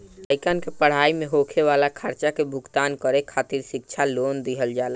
लइकन के पढ़ाई में होखे वाला खर्चा के भुगतान करे खातिर शिक्षा लोन दिहल जाला